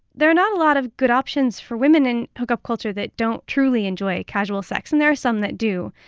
there are not a lot of good options for women in hookup culture that don't truly enjoy casual sex. and there are some that do.